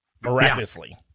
miraculously